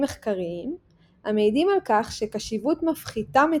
מחקריים המעידים על כך שקשיבות מפחיתה מתחים,